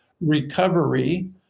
recovery